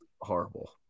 horrible